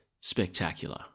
spectacular